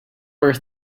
were